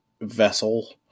vessel